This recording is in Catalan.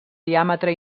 diàmetre